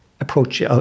approach